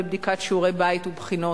בבדיקת שיעורי בית ובחינות.